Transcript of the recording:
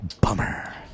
bummer